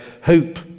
hope